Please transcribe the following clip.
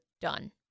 done